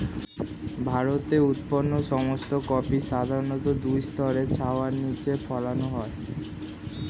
ভারতে উৎপন্ন সমস্ত কফি সাধারণত দুই স্তরের ছায়ার নিচে ফলানো হয়